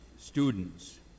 students